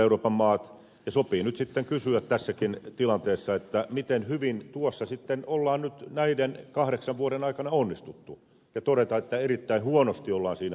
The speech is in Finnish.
sopii nyt sitten kysyä tässäkin tilanteessa miten hyvin tuossa on näiden kahdeksan vuoden aikana onnistuttu ja todeta että erittäin huonosti on siinä onnistuttu